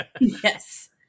Yes